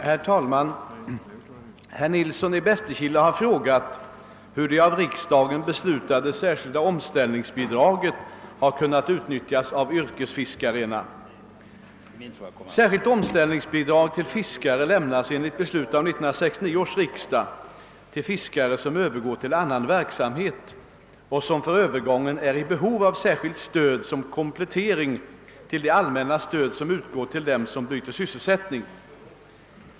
Herr talman! Herr Nilsson i Bästekille har frågat hur det av riksdagen beslutade särskilda omställningsbidraget har kunnat utnyttjas av yrkesfiskarna. Särskilt omställningsbidrag till fiskare lämnas enligt beslut av 1969 års riksdag till fiskare som övergår till annan verksamhet och som för övergången är i behov av särskilt stöd som komplettering till det allmänna stöd som utgår till dem som byter sysselsättning.